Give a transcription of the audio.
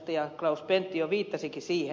klaus pentti jo viittasikin siihen